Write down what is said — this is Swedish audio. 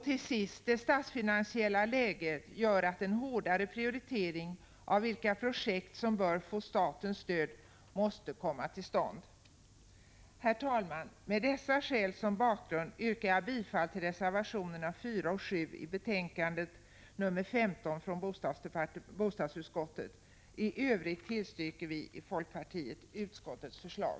Till sist: Det statsfinansiella läget gör att en hårdare prioritering av vilka projekt som får statens stöd måste komma till stånd. Herr talman! Med dessa skäl som bakgrund yrkar jag bifall till reservationerna 4 och 7 i betänkande 15 från bostadsutskottet. I övrigt tillstyrker vi från folkpartiet utskottets förslag.